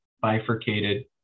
bifurcated